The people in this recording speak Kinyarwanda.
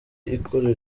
ikora